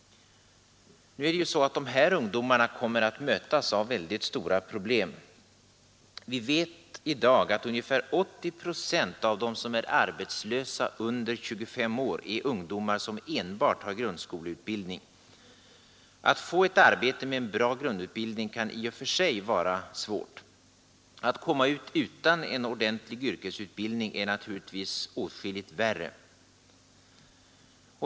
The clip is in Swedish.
Nu kommer de här ungdomarna att mötas av väldigt stora problem. Vi vet i dag att ungefär 80 procent av de arbetslösa under 25 år är ungdomar som enbart har grundskoleutbildning. Att få arbete med en bra grundutbildning kan i och för sig vara svårt, att komma ut utan en ordentlig yrkesutbildning är naturligtvis åtskilligt värre.